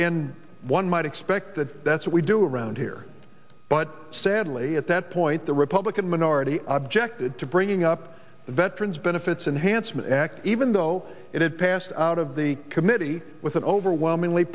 and one might expect that that's what we do around here but sadly at that point the republican minority objected to bringing up the veterans benefits and handsome act even though it passed out of the committee with an overwhelmingly